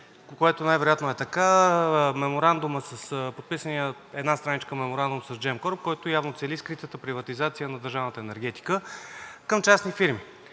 което най-вероятно е така, подписания меморандум от една страничка с Gemcorp, който явно цели скрита приватизация на държавната енергетика към частни фирми.